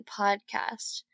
podcast